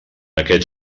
aquest